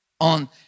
on